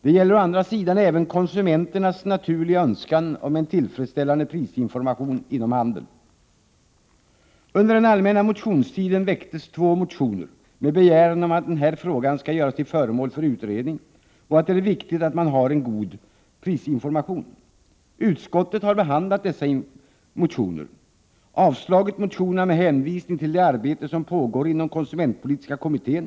Vidare handlar det om konsumenternas naturliga önskan om en tillfredsställande prisinformation inom handeln. Under den allmänna motionstiden väcktes två motioner med begäran om att denna fråga skall göras till föremål för utredning, och man säger att det är viktigt att konsumenterna får en god prisinformation. Utskottet har behandlat dessa motioner och avstyrkt dem med hänvisning till det arbete som pågår inom konsumentpolitiska kommittén.